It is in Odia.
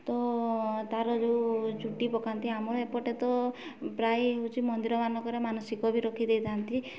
ତ ତା'ର ଯେଉଁ ଚୁଟି ପକାନ୍ତି ଆମର ଏପଟେ ତ ପ୍ରାୟ ହେଉଛି ମନ୍ଦିରମାନଙ୍କରେ ମାନସିକ ବି ରଖିଦେଇଥାନ୍ତି